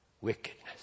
wickedness